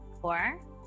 four